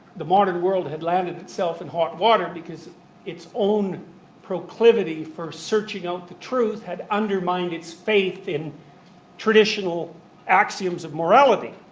the modern world had landed itself in hot water, because its own proclivity for searching out the truth had undermined its faith in traditional axioms of morality.